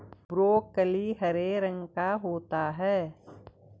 broccoli हरे रंग का होता है